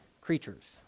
creatures